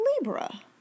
libra